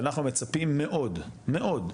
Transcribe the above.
ואנחנו מצפים מאוד מאוד,